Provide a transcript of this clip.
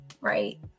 right